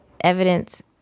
evidence